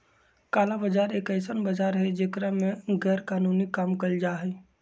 काला बाजार एक ऐसन बाजार हई जेकरा में गैरकानूनी काम कइल जाहई